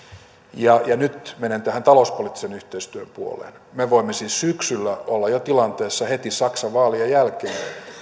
ja nyt menen tähän talouspoliittisen yhteistyön puoleen me voimme siis syksyllä olla jo tilanteessa heti saksan vaalien jälkeen